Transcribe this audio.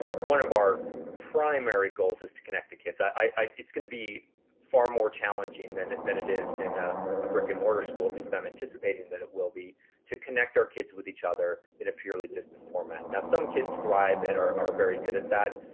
one of our primary goals is to connect the kids. it's gonna be far more challenging than it than it is in ah a brick and mortar school at least i'm anticipating that it will be to connect our kids with each other in a purely distant format. now some kids thrive and are very good at that,